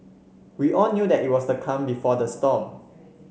we all knew that it was the calm before the storm